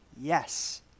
Yes